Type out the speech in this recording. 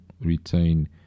retain